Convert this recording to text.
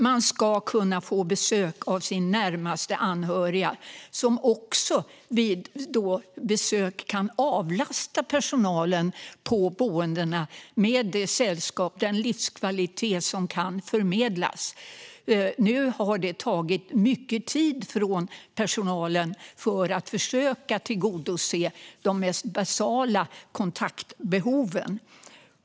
Man ska kunna få besök av sin närmast anhöriga, som vid besök också kan avlasta personalen på boendena med det sällskap och livskvalitet som kan förmedlas. Nu har det tagit mycket tid för personalen att försöka tillgodose de mest basala kontaktbehoven.